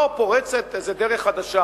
היא לא פורצת איזו דרך חדשה.